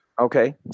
Okay